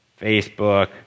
Facebook